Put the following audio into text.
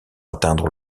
atteindre